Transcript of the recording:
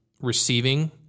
receiving